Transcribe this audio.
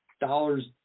dollars